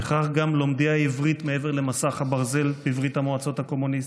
וכך גם לומדי העברית מעבר למסך הברזל בברית המועצות הקומוניסטית.